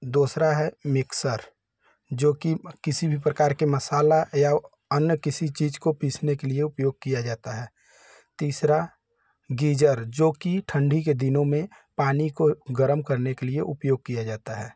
दूसरा है मिक्सर जो कि किसी भी प्रकार के मसाला या अन्य किसी चीज़ को पीसने के लिए उपयोग किया जाता है तीसरा गीजर है जो कि ठंडी के दिनों में पानी को गर्म करने के लिए उपयोग किया जाता है